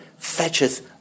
fetcheth